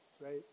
right